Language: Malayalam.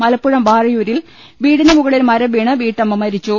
മലപ്പുറം വാഴയൂരിൽ വീടിന് മുകളിൽ മരംവീണ് വീട്ടമ്മ മരിച്ചു